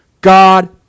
God